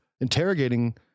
interrogating